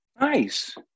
nice